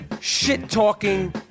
shit-talking